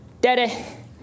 Daddy